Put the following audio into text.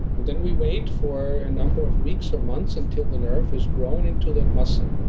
and then we wait for a number of weeks or months until the nerve has grown into that muscle.